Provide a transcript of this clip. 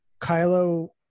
Kylo